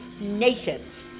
Nations